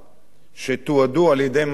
שתועדו על-ידי מצלמות,